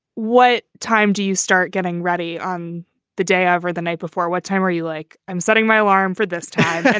what time do you start getting ready on the day over the night before? what time are you like? i'm setting my alarm for this time.